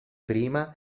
prima